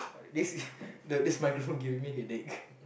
this the this microphone giving me headache